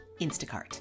Instacart